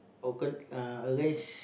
out turn uh arrange